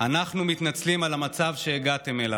אנחנו מתנצלים על המצב שהגעתם אליו.